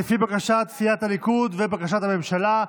לפי בקשת סיעת הליכוד ובקשת הממשלה.